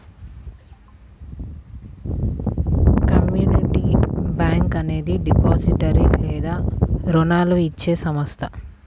community bank అనేది depository లేదా రుణాలు ఇచ్చే సంస్థ